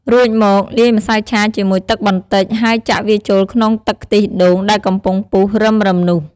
រួចមក លាយម្សៅឆាជាមួយទឹកបន្តិច ហើយចាក់វាចូលក្នុងទឹកខ្ទិះដូងដែលកំពុងពុះរឹមៗនោះ។